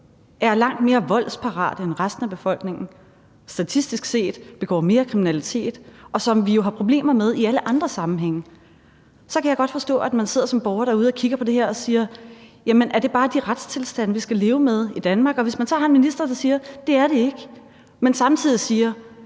er langt mere voldsparate end resten af befolkningen, statistisk set begår mere kriminalitet, og som vi jo har problemer med i alle andre sammenhænge, så kan jeg godt forstå, at man sidder som borger derude og kigger på det her og siger: Jamen er det bare de retstilstande, vi skal leve med i Danmark? Og hvis man så har en minister, der siger, at det er det ikke, men samtidig siger,